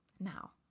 now